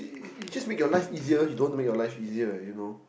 it it it just make your life easier you don't want to make your life easier you know